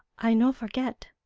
i no forget,